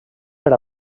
per